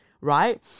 right